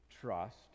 trust